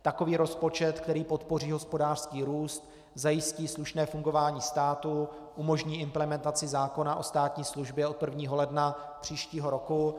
Takový rozpočet, který podpoří hospodářský růst, zajistí slušné fungování státu, umožní implementaci zákona o státní službě od 1. ledna příštího roku.